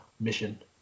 mission